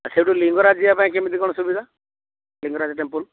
ଏ ସେଉଠୁ ଲିଙ୍ଗରାଜ ଯିବା ପାଇଁ କେମିତି କ'ଣ ସୁବିଧା ଲିଙ୍ଗରାଜ ଟେମ୍ପଲ୍